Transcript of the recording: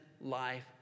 life